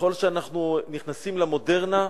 ככל שאנחנו נכנסים למודרנה,